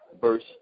Verse